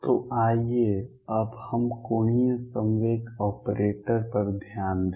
तो आइए अब हम कोणीय संवेग ऑपरेटर पर ध्यान दें